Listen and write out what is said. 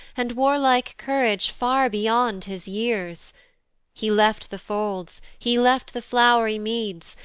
and warlike courage far beyond his years he left the folds, he left the flow'ry meads,